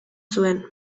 zuen